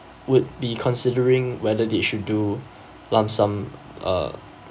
would be considering whether they should do lump sum uh